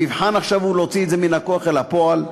המבחן עכשיו הוא להוציא את זה מן הכוח אל הפועל.